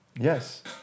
Yes